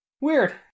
Weird